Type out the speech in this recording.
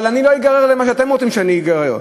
אבל אני לא אגרר למה שאתם רוצים שאני אגרר.